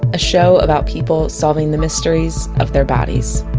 a show about people solving the mysteries of their bodies.